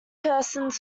persons